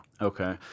Okay